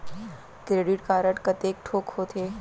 Credit card कतेक ठोक होथे?